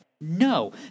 No